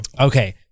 Okay